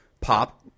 pop